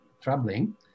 troubling